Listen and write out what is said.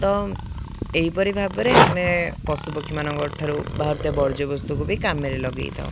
ତ ଏହିପରି ଭାବରେ ଆମେ ପଶୁପକ୍ଷୀମାନଙ୍କ ଠାରୁ ବାହାରୁଥିବା ବର୍ଜ୍ୟବସ୍ତୁକୁ ବି କାମରେ ଲଗେଇଥାଉ